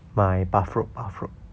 买 bathrobe bathrobe